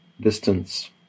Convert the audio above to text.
distance